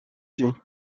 she